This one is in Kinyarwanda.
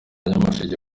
nyamasheke